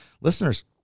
listeners